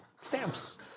Stamps